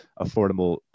affordable